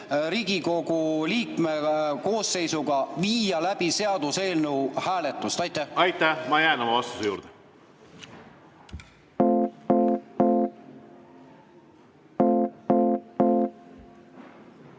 Riigikogu 97‑liikmelise koosseisuga viia läbi seaduseelnõu hääletust. Aitäh! Ma jään oma vastuse juurde.